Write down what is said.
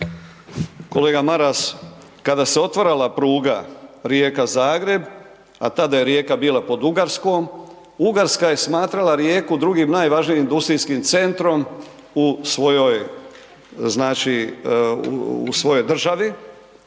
Kolega Maras, kada se je otvarala pruga Rijeka-Zagreb, a tada je Rijeka bila pod Ugarskom, Ugarska je smatrala Rijeku drugim najvažnijim industrijskim centrom u svojoj državi.